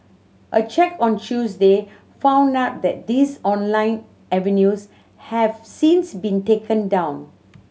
a check on Tuesday found that these online avenues have since been taken down